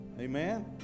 amen